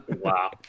Wow